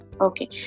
okay